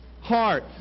heart